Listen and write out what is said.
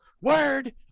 word